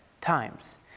times